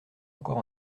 encore